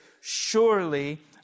surely